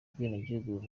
ubwenegihugu